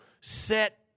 set –